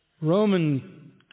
Roman